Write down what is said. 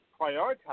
prioritize